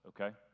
okay